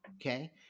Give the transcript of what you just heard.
Okay